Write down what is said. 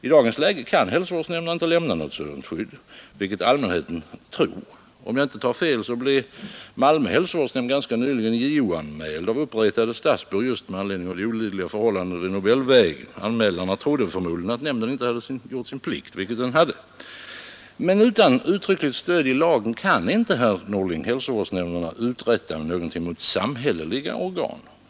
I dagens läge kan hälsovårdsnämnd inte lämna något sådant skydd, vilket allmänheten tror att den kan. Om jag inte missminner mig, blev Malmö hälsovårdsnämnd ganska nyligen JO-anmäld av uppretade stadsbor just med anledning av de olidliga förhållandena vid Nobelvägen i Malmö. Anmälarna trodde förmodligen att hälsovårdsnämnden inte hade gjort sin plikt, vilken den dock hade. Men utan uttryckligt stöd i lagen kan inte, herr Norling, hälsovårdsnämnderna uträtta någonting mot samhälleliga organ.